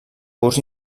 curs